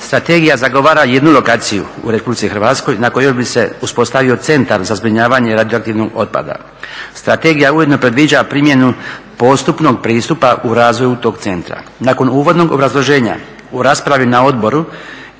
Strategija zagovara jednu lokaciju u Republici Hrvatskoj na kojoj bi se uspostavio centar za zbrinjavanje radioaktivnog otpada. Strategija ujedno predviđa primjenu postupnog pristupa u razvoju tog centra. Nakon uvodnog obrazloženja u raspravi na odboru